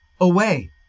away